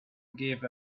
gave